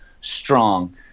strong